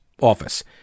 office